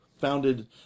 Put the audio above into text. founded